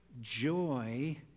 joy